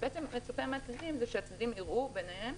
מצופה מהצדדים שהצדדים ישבו ויראו ביניהם